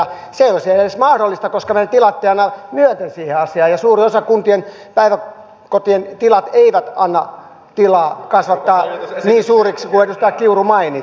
se ei olisi edes mahdollista koska meidän tilamme eivät anna myöten siihen asiaan ja suurella osalla kuntien päiväkodeista ei ole tilaa kasvattaa niitä niin suuriksi kuin edustaja kiuru mainitsi